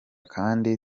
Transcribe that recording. kandi